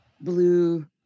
blue